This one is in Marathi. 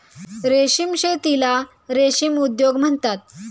रेशीम शेतीला रेशीम उद्योग म्हणतात